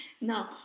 No